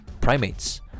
primates